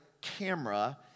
camera